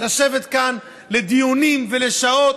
לשבת כאן לדיונים של שעות,